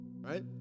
right